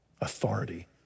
Authority